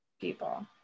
people